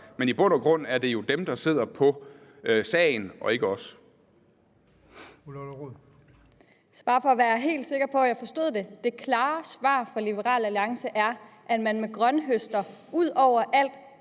men i bund og grund er det jo dem, der sidder på sagen, og ikke os.